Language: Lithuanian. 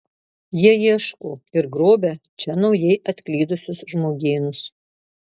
jie ieško ir grobia čia naujai atklydusius žmogėnus